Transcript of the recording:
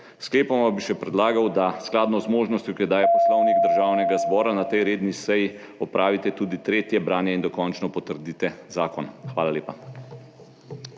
Sklepoma bi še predlagal, da v skladu z možnostjo, ki jo daje Poslovnik Državnega zbora, na tej redni seji opravite tudi tretje branje in dokončno potrdite zakon. Hvala lepa.